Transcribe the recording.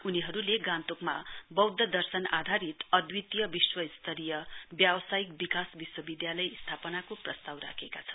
उनीहरुले गान्तोकमा वौद्ध दर्शन आधारित अदितीय विश्वस्तरीय व्यावसायिक विकास विश्वविधालय स्थापनाको प्रस्ताव राखेका छन्